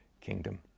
kingdom